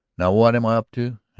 now, what am i up to,